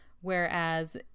Whereas